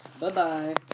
Bye-bye